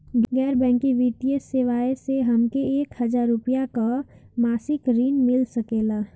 गैर बैंकिंग वित्तीय सेवाएं से हमके एक हज़ार रुपया क मासिक ऋण मिल सकेला?